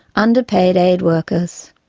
underpaid aid workers.